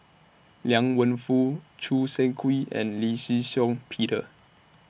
Liang Wenfu Choo Seng Quee and Lee Shih Shiong Peter